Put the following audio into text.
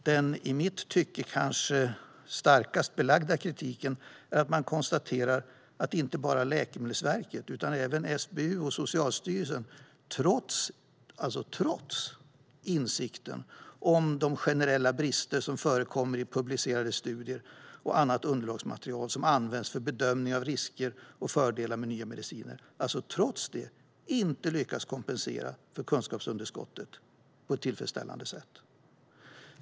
Den i mitt tycke kanske starkast belagda kritiken är att man konstaterar att inte bara Läkemedelsverket utan även SBU och Socialstyrelsen trots insikten om de generella brister som förekommer i publicerade studier och annat underlagsmaterial som används för bedömning av risker och fördelar med nya mediciner inte lyckas kompensera för kunskapsunderskottet på ett tillfredsställande sätt.